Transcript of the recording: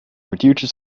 kwartiertje